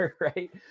right